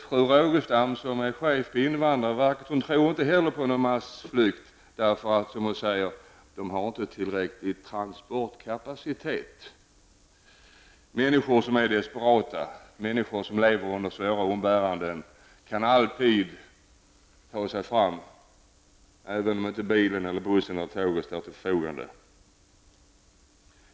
Fru Rogestam som är chef på invandrarverket tror inte heller på någon massflykt, därför att, som hon säger, dessa människor inte har tillräcklig transportkapacitet. Men människor som är desperata och som lever under svåra umbäranden kan alltid ta sig fram även om bilen, bussen eller tåget inte står till förfogande.